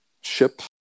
ship